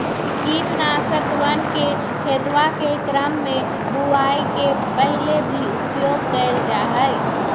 कीटनाशकवन के खेतवा के क्रम में बुवाई के पहले भी उपयोग कइल जाहई